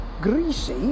greasy